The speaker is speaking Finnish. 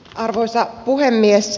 arvoisa puhemies